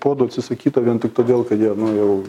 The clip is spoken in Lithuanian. puodų atsisakyta vien tik todėl kad jie nu